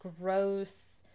gross